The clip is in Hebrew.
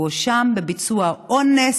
הוא הואשם בביצוע אונס,